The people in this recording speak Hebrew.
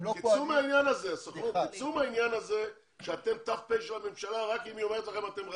תצאו מהעניין הזה שאתם ת"פ של הממשלה ורק אם היא אומרת לכם אתם רצים.